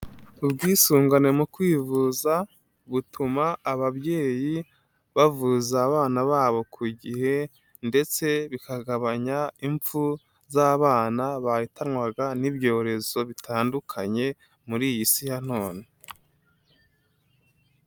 Ubwisungane mu kwivuza butuma ababyeyi bavuza abana babo ku gihe ndetse bikagabanya impfu z'abana bahitanwaga n'ibyorezo bitandukanye muri iyi si ya none.